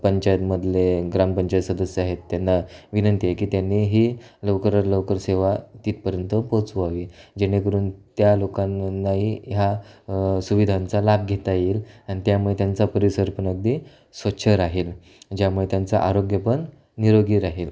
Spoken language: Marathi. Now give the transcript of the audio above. पंचायतमधले ग्राम पंचायत सदस्य आहेत त्यांना विनंती आहे की त्यांनी ही लवकरात लवकर सेवा तिथपर्यंत पोचवावी जेणेकरून त्या लोकांननाही ह्या सुविधांचा लाभ घेता येईल आणि त्यामुळे त्यांचा परिसर पण अगदी स्वच्छ राहील ज्यामुळे त्यांचा आरोग्य पण निरोगी राहील